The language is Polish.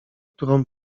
którą